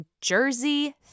Jersey